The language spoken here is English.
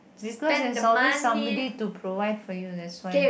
because there's always somebody to provide for you that's why